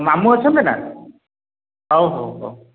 ମାମୁଁ ଅଛନ୍ତି ନା ହଉ ହଉ ହଉ